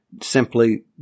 simply